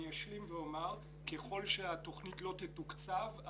אני אשלים ואומר שככל שהתוכנית לא תתוקצב,